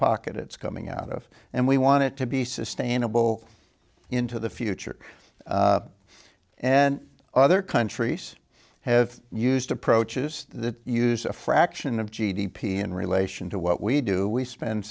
pocket it's coming out of and we want it to be sustainable into the future and other countries have used approaches that use a fraction of g d p in relation to what we do we spend